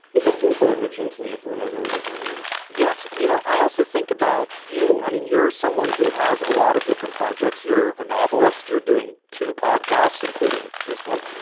it just seems so enriching to me. it's something i really admire yes. you know, i also think about you. i mean, you're someone who has a lot of different projects. you're a novelist. you're doing two podcasts, including this one.